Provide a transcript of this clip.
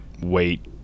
wait